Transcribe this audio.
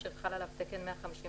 אשר חל עליו תקן 158,